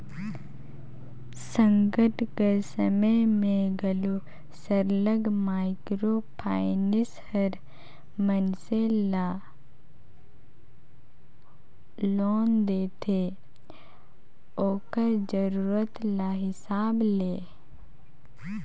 संकट कर समे में घलो सरलग माइक्रो फाइनेंस हर मइनसे मन ल लोन देथे ओकर जरूरत कर हिसाब ले